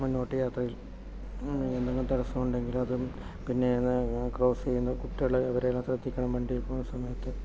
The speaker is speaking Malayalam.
മുന്നോട്ട് യാത്രയിൽ എന്തെങ്കിലും തടസ്സമുണ്ടെങ്കിൽ അതും പിന്നെ ക്രോസ് ചെയ്യുന്ന കുട്ടികൾ അവരെയെല്ലാം ശ്രദ്ധിക്കണം വണ്ടിയിൽ പോകുന്ന സമയത്ത്